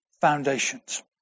foundations